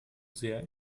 sehr